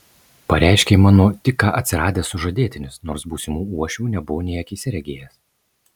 pareiškė mano tik ką atsiradęs sužadėtinis nors būsimų uošvių nebuvo nė akyse regėjęs